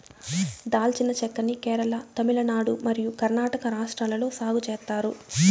దాల్చిన చెక్క ని కేరళ, తమిళనాడు మరియు కర్ణాటక రాష్ట్రాలలో సాగు చేత్తారు